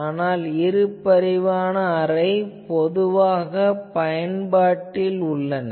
ஆனால் இரு பரிமாண அரே பொதுவான பயன்பாட்டில் உள்ளன